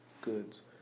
Goods